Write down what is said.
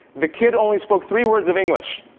the kid only spoke three words of english.